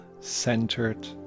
centered